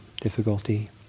difficulty